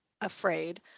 afraid